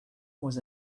was